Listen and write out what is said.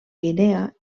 guinea